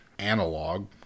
Analog